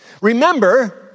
Remember